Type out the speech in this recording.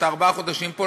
אתה ארבעה חודשים פה,